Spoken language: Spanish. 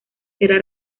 será